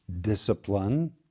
discipline